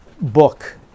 book